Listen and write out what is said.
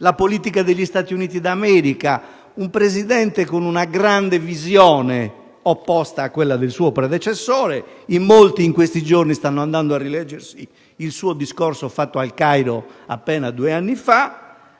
la politica degli Stati Uniti d'America, con un Presidente con una grande visione opposta a quella del suo predecessore. In molti, in questi giorni, stanno andando a rileggersi il suo discorso fatto al Cairo appena due anni fa.